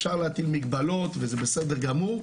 אפשר להטיל מגבלות וזה בסדר גמור,